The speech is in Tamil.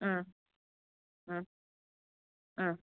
ம் ம் ம்